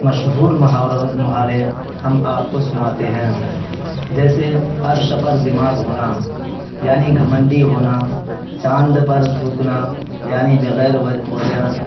مشہور محاوروں محارے ہم آپ کو سناتے ہیں جیسے عرش پر دماغ ہونا یعنی گھمنڈی ہونا چاند پر تھوکنا یعنی بغیر وجہ